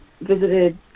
visited